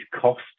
cost